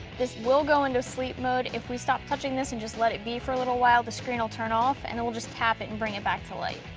this will go into sleep mode if we stop touching this and just let it be for a little while. the screen will turn off and then we'll just tap it and bring it back to life.